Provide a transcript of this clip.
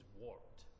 warped